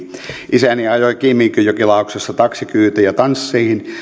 isäni ajoi kiiminkijokilaaksossa taksikyytejä tansseihin hän